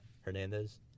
Hernandez